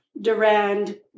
Durand